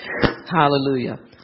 Hallelujah